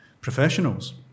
professionals